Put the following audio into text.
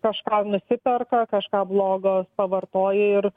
kažką nusiperka kažką blogo pavartoja ir